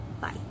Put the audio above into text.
Bye